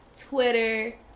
Twitter